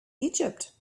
egypt